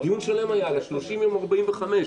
דיון שלם היה על ה-30 יום או 45,